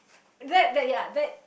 that that ya that